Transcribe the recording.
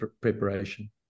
preparation